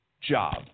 job